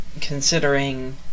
considering